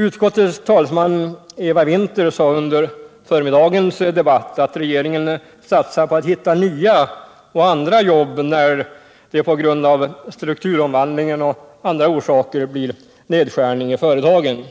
Utskottets talesman Eva Winther sade under förmiddagens debatt att regeringen satsar på att hitta nya och andra jobb när det på grund av strukturomvandlingen och andra orsaker blir nedskärning i företagen.